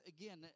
again